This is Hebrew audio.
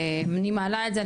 אני מעלה את זה,